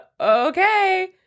okay